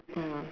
mm